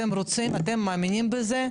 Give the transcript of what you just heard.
אתם רוצים, אתם מאמינים בזה?